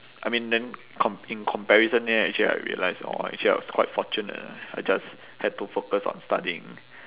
I mean then com~ in comparison then actually I realised orh actually I was quite fortunate I just had to focus on studying